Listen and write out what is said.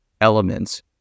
elements